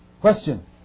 Question